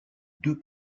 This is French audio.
deux